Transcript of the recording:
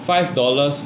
five dollars